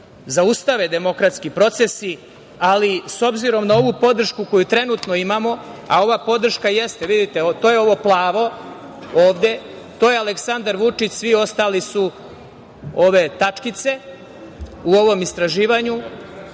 zaustave demokratski procesi. S obzirom na ovu podršku koju trenutno imamo, a ova podrška jeste, evo vidite, to je ovo plavo ovde, to je Aleksandar Vučić, a svi ostali su ove tačkice u ovom istraživanju. Nastavićemo